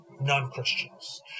non-Christians